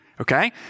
okay